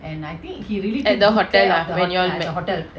at the hotel ah where you all were